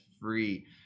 free